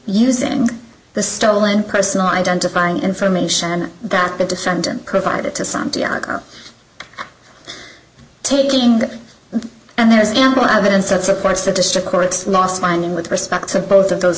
using the stolen personal identifying information that the defendant provided to santiago taking and there's ample evidence that supports the district court's last mining with respect to both of those